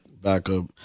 Backup